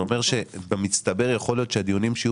זה אומר שבמצטבר יכול להיות שהדיונים שיהיו